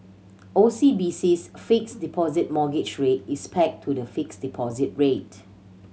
O C B C's Fixed Deposit Mortgage Rate is pegged to the fixed deposit rate